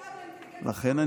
--- לכן,